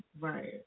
Right